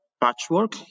patchwork